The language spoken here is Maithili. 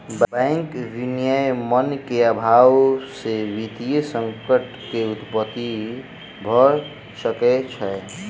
बैंक विनियमन के अभाव से वित्तीय संकट के उत्पत्ति भ सकै छै